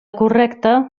correcta